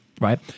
right